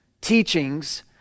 teachings